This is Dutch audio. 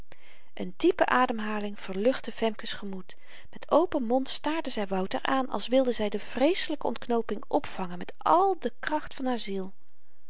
een diepe ademhaling verluchtte femke's gemoed met open mond staarde zy wouter aan als wilde zy de vreeselyke ontknooping opvangen met al de kracht van